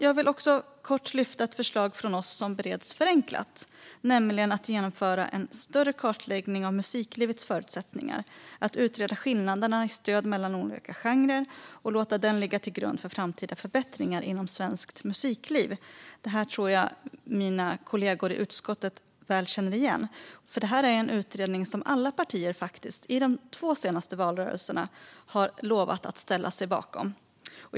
Jag vill också kort beröra ett förslag från oss som bereds förenklat, nämligen att genomföra en större kartläggning av musiklivets förutsättningar och utreda skillnader mellan stöd för olika genrer och låta den ligga till grund för framtida förbättringar inom svenskt musikliv. Jag tror att mina kollegor i utskottet känner igen detta. Detta är nämligen något som alla partier i de två senaste valrörelserna har lovat att ställa sig bakom.